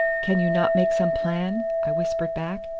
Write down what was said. can you not make some plan? i whispered back.